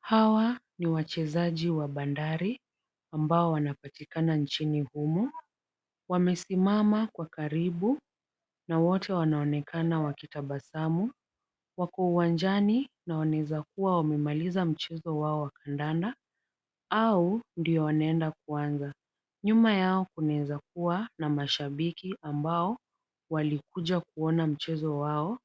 Hawa ni wachezaji wa Bandari ambao wanapatikana nchini humu. Wamesimama kwa karibu na wote wanaonekana wakitabasamu. Wako uwanjani na wanaweza kuwa wamemaliza mchezo wao wa kandanda au ndio wanaenda kuanza. Nyuma yao kunaweza kuwa na mashabiki ambao walikuja kuona mchezo wao.